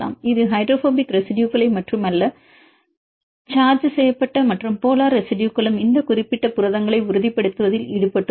இது ஹைட்ரோபோபிக் ரெசிடுயுகளை மட்டுமல்ல சார்ஜ் செய்யப்பட்ட மற்றும் போலார் ரெசிடுயுகளும் இந்த குறிப்பிட்ட புரதங்களை உறுதிப்படுத்துவதில் ஈடுபட்டுள்ளன